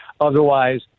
otherwise